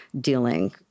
dealing